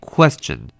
Question